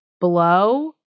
blow